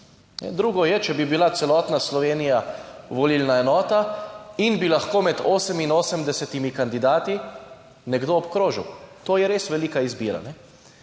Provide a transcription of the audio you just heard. Drugo je, če bi bila celotna Slovenija volilna enota in bi lahko med 88 kandidati nekdo obkrožil to je res velika izbira.